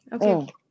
Okay